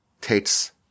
takes